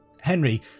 Henry